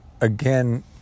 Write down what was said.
again